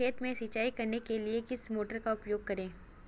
खेत में सिंचाई करने के लिए किस मोटर का उपयोग करें?